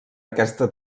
aquesta